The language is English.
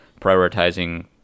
prioritizing